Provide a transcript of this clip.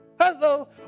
hello